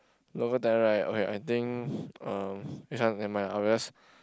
local talent right okay I think uh this one never mind I will just